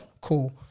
Cool